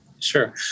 Sure